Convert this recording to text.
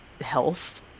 health